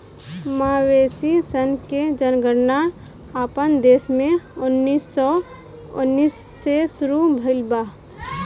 मवेशी सन के जनगणना अपना देश में उन्नीस सौ उन्नीस से शुरू भईल बा